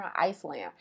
Iceland